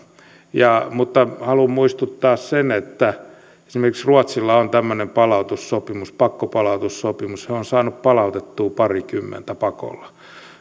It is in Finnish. mutta haluan muistuttaa siitä että esimerkiksi ruotsilla on tämmöinen palautussopimus pakkopalautussopimus he ovat saaneet palautettua parikymmentä pakolla